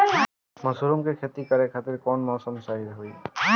Mushroom के खेती करेके खातिर कवन मौसम सही होई?